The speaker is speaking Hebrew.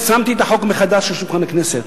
שמתי את החוק מחדש על שולחן הכנסת,